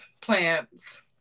plants